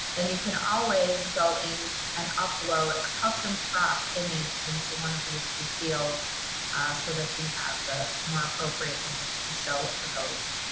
then you can always go in and upload a custom crop image into one of these two fields so that you have the more appropriate image to show for those